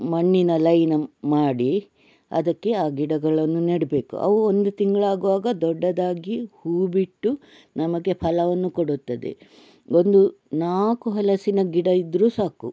ಮಣ್ಣಿನ ಲೈನ್ ಮಾಡಿ ಅದಕ್ಕೆ ಆ ಗಿಡಗಳನ್ನು ನೆಡಬೇಕು ಅವು ಒಂದು ತಿಂಗಳಾಗುವಾಗ ದೊಡ್ಡದಾಗಿ ಹೂ ಬಿಟ್ಟು ನಮಗೆ ಫಲವನ್ನು ಕೊಡುತ್ತದೆ ಒಂದು ನಾಲ್ಕು ಹಲಸಿನ ಗಿಡ ಇದ್ರೂ ಸಾಕು